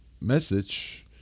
message